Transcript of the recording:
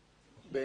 יש